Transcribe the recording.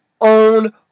own